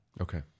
Okay